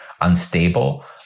unstable